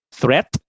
threat